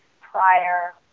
prior